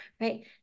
right